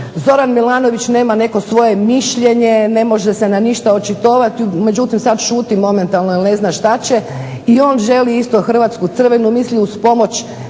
Zoran Milanović nema neko svoje mišljenje, ne može se na ništa očitovati, međutim sad šuti momentalno jer ne zna šta će, i on želi isto Hrvatsku crvenu, misli uz pomoć